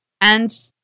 and-